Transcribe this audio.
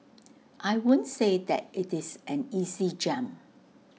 I won't say that IT is an easy jump